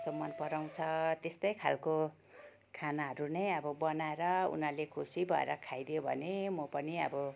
कस्तो मनपराउँछ त्यस्तै खाल्को खानाहरू नै अब बनाएर उनीहरूले खुसी भएर खाइदियो भने म पनि अब